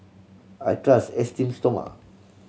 I trust Esteem Stoma